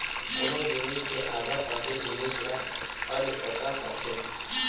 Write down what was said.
कोनो जिनिस के आधा पाके जिनिस ल अधपका कथें